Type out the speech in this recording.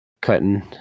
cutting